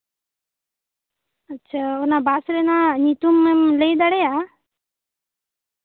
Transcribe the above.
ᱟᱪᱪᱷᱟ ᱚᱱᱟ ᱵᱟᱥ ᱨᱮᱭᱟᱜ ᱧᱩᱛᱩᱢ ᱮᱢ ᱞᱟᱹᱭ ᱫᱟᱲᱮᱭᱟᱜᱼᱟ